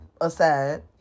aside